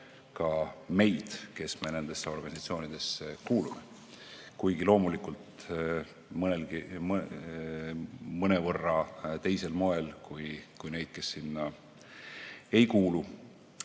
ka meid, kes me nendesse organisatsioonidesse kuulume, kuigi loomulikult mõnevõrra teisel moel kui neid, kes sinna ei kuulu.